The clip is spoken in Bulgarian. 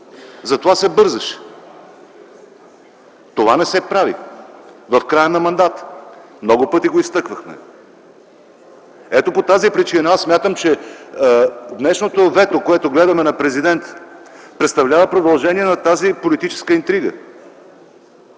За това се бързаше. Това не се прави в края на мандата. Много пъти го изтъквахме. Ето по тази причина аз смятам, че днешното вето на президента, което гледаме, представлява продължение на тази политическа интрига.